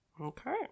okay